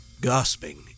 gasping